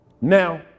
Now